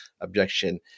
objection